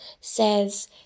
says